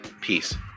peace